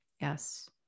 Yes